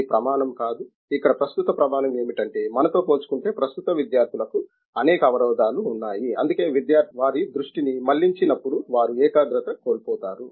అది ప్రమాణం కాదు ఇక్కడ ప్రస్తుత ప్రమాణం ఏమిటంటే మనతో పోల్చుకుంటే ప్రస్తుత విద్యార్థులకి అనేక అవరోధాలు ఉన్నాయి అందుకే విద్యార్థి వారి దృష్టిని మళ్ళించినప్పుడు వారు ఏకాగ్రత కోల్పోతారు